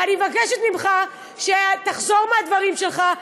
ואני מבקשת ממך שתחזור מהדברים שלך.